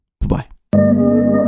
Bye-bye